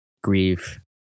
grieve